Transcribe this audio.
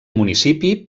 municipi